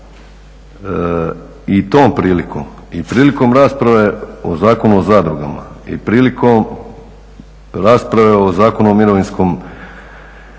I tom prilikom, i prilikom rasprave o Zakonu o zadrugama, i prilikom rasprave o Zakonu o mirovinskom